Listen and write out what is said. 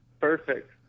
Perfect